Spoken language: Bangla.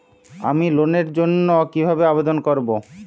আমি লোনের জন্য কিভাবে আবেদন করব?